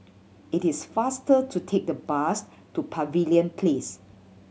it is faster to take the bus to Pavilion Place